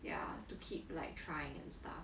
ya to keep like trying and stuff